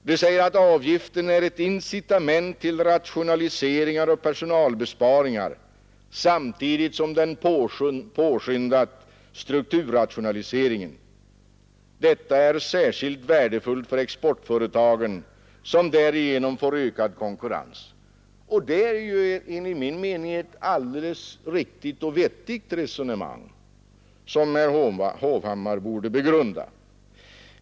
Man framhåller att den utgjort ”ett incitament till rationaliseringar och personalbesparingar inom olika näringsgrenar samtidigt som strukturrationaliseringen påskyndats. Inte minst våra exportindustrier har därigenom uppnått ökad konkurrenskraft.” Det är enligt min mening ett alldeles riktigt resonemang, som herr Hovhammar borde begrunda.